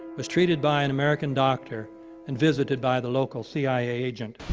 was treated by an american doctor and visited by the local cia agent.